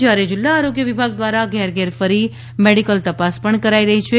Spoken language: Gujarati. જ્યારે જિલ્લા આરોગ્ય વિભાગ દ્વારા ઘેર ઘેર ફરી મેડિકલ તપાસ પણ કરાઇ રહી છે